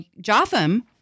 Jotham –